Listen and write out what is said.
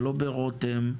ולא ברותם,